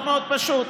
מאוד מאוד פשוט,